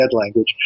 language